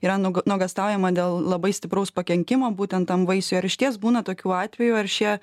yra nuoga nuogąstaujama dėl labai stipraus pakenkimo būtent tam vaisiui ar išties būna tokių atvejų ar šie